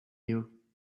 you